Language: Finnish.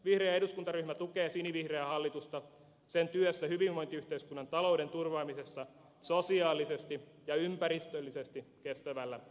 vihreä eduskuntaryhmä tukee sinivihreää hallitusta sen työssä hyvinvointiyhteiskunnan talouden turvaamisessa sosiaalisesti ja ympäristöllisesti kestävällä